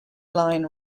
line